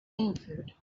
answered